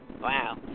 Wow